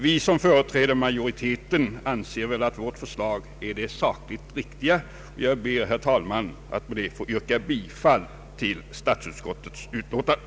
Vi som företräder majoriteten anser att vårt förslag är det sakligt riktiga. Jag ber, herr talman, att med det anförda få yrka bifall till statsutskottets hemställan.